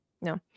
no